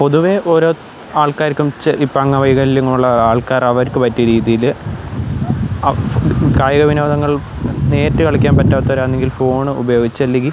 പൊതുവെ ഓരോ ആൾക്കാർക്കും ഇപ്പോൾ അംഗവൈകല്യമുള്ള ആൾക്കാർ അവർക്ക് പറ്റിയ രീതിയിൽ ആ കായിക വിനോദങ്ങൾ നേരിട്ട് കളിക്കാൻ പറ്റാത്തവരാണെങ്കിൽ ഫോണ് ഉപയോഗിച്ചു അല്ലെങ്കിൽ